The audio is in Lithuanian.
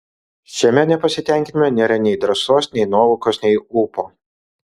šiame nepasitenkinime nėra nei drąsos nei nuovokos nei ūpo